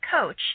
coach